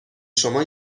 شما